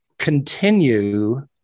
continue